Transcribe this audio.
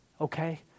okay